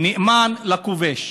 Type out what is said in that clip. נאמן לכובש.